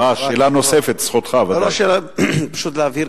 פשוט להבהיר,